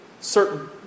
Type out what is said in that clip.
certain